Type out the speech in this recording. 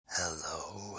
Hello